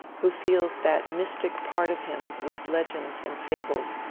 who feeds that mystic part of him with legends and fables,